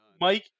Mike